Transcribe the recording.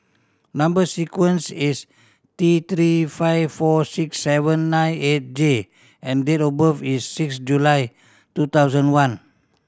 number sequence is T Three five four six seven nine eight J and date of birth is six July two thousand one